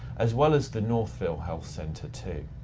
as well as the northville health center too.